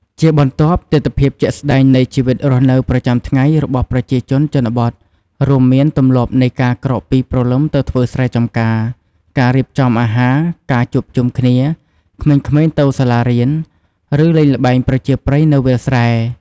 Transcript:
ជាបន្ទាប់ ទិដ្ឋភាពជាក់ស្តែងនៃជីវិតរស់នៅប្រចាំថ្ងៃ របស់ប្រជាជនជនបទ រួមមានទម្លាប់នៃការក្រោកពីព្រលឹមទៅធ្វើស្រែចម្ការ ការរៀបចំអាហារ ការជួបជុំគ្នា ក្មេងៗទៅសាលារៀន ឬលេងល្បែងប្រជាប្រិយនៅវាលស្រែ។